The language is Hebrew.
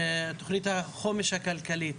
תוכנית החומש הכלכלית,